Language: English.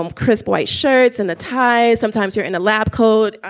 um crisp white shirts and the tie. sometimes you're in a lab coat.